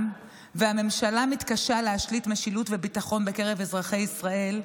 והממשלה מתקשה להשליט משילות וביטחון בקרב אזרחי ישראל,